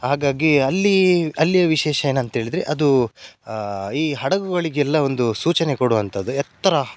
ಹಾಗಾಗಿ ಅಲ್ಲಿ ಅಲ್ಲಿಯ ವಿಶೇಷ ಏನಂತೇಳಿದರೆ ಅದು ಈ ಹಡಗುಗಳಿಗೆಲ್ಲ ಒಂದು ಸೂಚನೆ ಕೊಡುವಂಥದ್ದು ಎತ್ತರ